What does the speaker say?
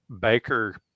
Baker